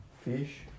Fish